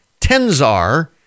Tenzar